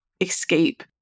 escape